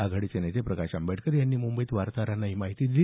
आघाडीचे नेते प्रकाश आंबेडकर यांनी मुंबईत वार्ताहरांना ही माहिती दिली